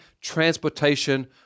transportation